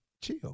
chill